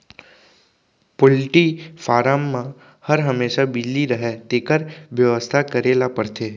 poultry farm म हर हमेसा बिजली रहय तेकर बेवस्था करे ल परथे